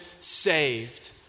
saved